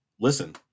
Listen